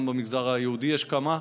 וגם במגזר היהודי יש כמה,